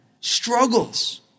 Struggles